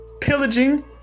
pillaging